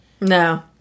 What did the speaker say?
no